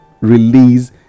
release